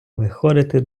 виходити